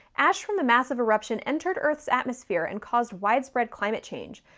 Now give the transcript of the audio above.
ash from the massive eruption entered earth's atmosphere and caused widespread climate change,